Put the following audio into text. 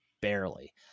barely